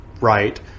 right